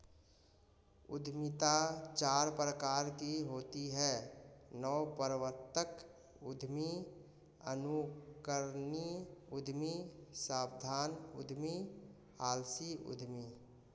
उद्यमिता चार प्रकार की होती है नवप्रवर्तक उद्यमी, अनुकरणीय उद्यमी, सावधान उद्यमी, आलसी उद्यमी